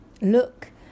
Look